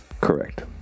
Correct